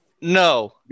No